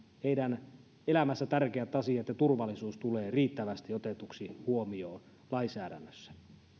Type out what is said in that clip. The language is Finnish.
heidän elämässään tärkeät asiat ja turvallisuus tulevat riittävästi otetuksi huomioon lainsäädännössä